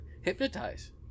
hypnotize